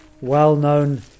well-known